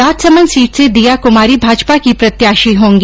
Rajsamand seat से दीया कुमारी भाजपा की प्रत्याशी होंगी